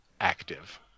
active